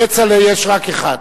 כצל'ה יש רק אחד.